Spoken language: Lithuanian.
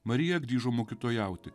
marija grįžo mokytojauti